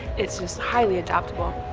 it's just highly adaptable.